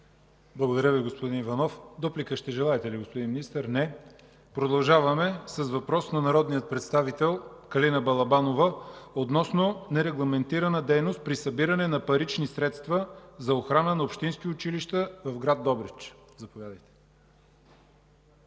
Благодаря Ви, господин Иванов. Дуплика ще желаете ли, господин Министър? Не. Продължаваме с въпрос на народния представител Калина Балабанова – относно нерегламентирана дейност при събиране на парични средства за охрана на общински училища в град Добрич. Заповядайте.